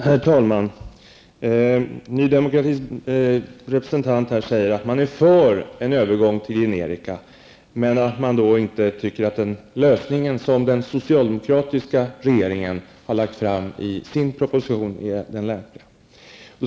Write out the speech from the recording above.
Herr talman! Ny Demokratis representant sade att man är för en övergång till generika, men att man inte anser den lösning som den socialdemokratiska regeringen har föreslagit i sin proposition vara lämplig.